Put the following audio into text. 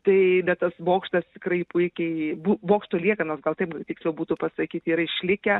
tai bet tas bokštas tikrai puikiai bu bokšto liekanos gal taip tiksliau būtų pasakyti yra išlikę